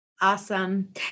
Awesome